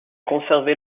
conservé